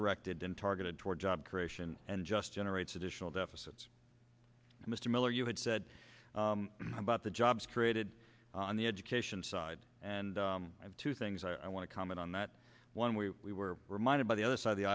directed in targeted toward job creation and just generates additional deficits mr miller you had said about the jobs created on the education side and i have two things i want to comment on that one we were reminded by the other side of the